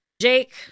Jake